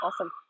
Awesome